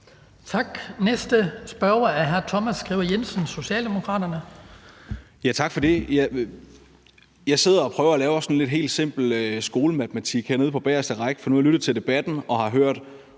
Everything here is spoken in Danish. Tak. Næste spørger er hr. Thomas Skriver Jensen, Socialdemokraterne. Kl. 19:13 Thomas Skriver Jensen (S): Tak for det. Jeg sidder og prøver at lave sådan lidt helt simpel skolematematik hernede på bageste række, for nu har jeg lyttet til debatten og har hørt